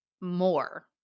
more